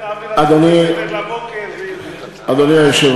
ועוד חבר